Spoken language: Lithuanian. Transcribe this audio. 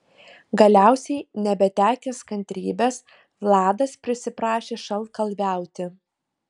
galiausiai nebetekęs kantrybės vladas prisiprašė šaltkalviauti